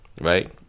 right